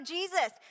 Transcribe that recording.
Jesus